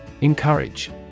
Encourage